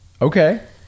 okay